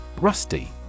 Rusty